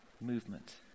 movement